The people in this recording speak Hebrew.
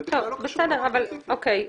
אוקיי.